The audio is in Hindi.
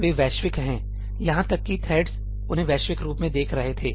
वे वैश्विक हैं यहां तक कि थ्रेडस उन्हें वैश्विक रूप में देख रहे थे